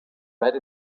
red